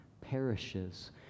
perishes